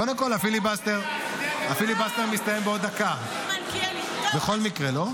קודם כול, הפיליבסטר מסתיים בעוד דקה בכל מקרה.